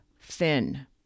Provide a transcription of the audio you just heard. thin